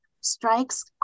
strikes